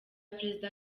perezida